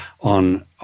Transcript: on